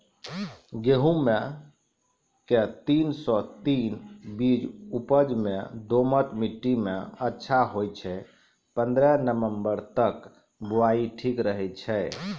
गेहूँम के तीन सौ तीन बीज उपज मे दोमट मिट्टी मे अच्छा होय छै, पन्द्रह नवंबर तक बुआई ठीक रहै छै